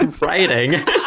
writing